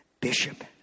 bishop